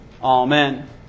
Amen